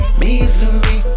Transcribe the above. misery